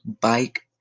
bike